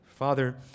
Father